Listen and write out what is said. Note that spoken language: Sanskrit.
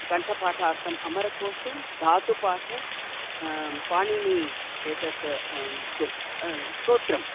कण्ठपाठार्थम् अमरकोशः धातुपाठः पाणिनी एतत् किं सूत्रम्